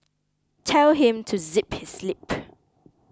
tell him to zip his lip